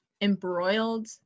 embroiled